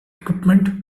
equipment